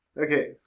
Okay